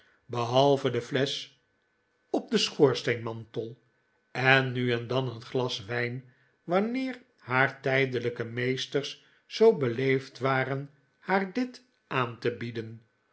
behalve de flesch op den schoorsteenmantel en nu en dan een glas wijn wanneer haar tijdelijke meesters zoo beleefd waren haar dit aan te bieden